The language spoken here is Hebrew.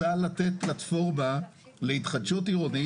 רוצה לתת פלטפורמה להתחדשות עירונית